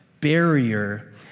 barrier